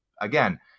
again